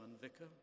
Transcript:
vicar